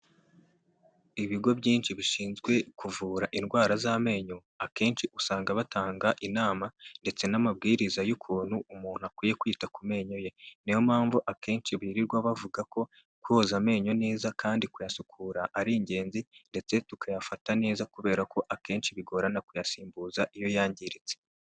Ibigo byinshi bishinzwe kuvura, indwara z'amenyo, akenshi usanga batanga, inama, ndetse n'amabwiriza y'ukuntu, umuntu akwiye kwita ku menyo ye. Niyo mpamvu akenshi biririrwa bavuga ko, koza amenyo neza, kandi kuyasukura, ari ingenzi, ndetse tukayafata neza, kubera ko akenshi bigorana kuyasimbuza, iyo yangiritse.